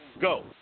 Go